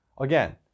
again